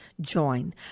Join